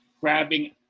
grabbing